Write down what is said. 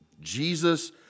Jesus